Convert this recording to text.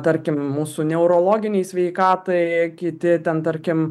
tarkim mūsų neurologinei sveikatai kiti ten tarkim